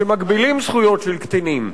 שמגבילים זכויות של קטינים.